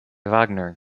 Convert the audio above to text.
wagner